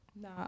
No